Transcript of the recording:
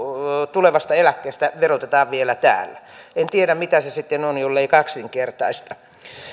tulevasta eläkkeestä verotetaan vielä täällä en tiedä mitä se sitten on jollei kaksinkertaista